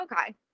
okay